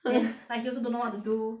then like he also don't know what to do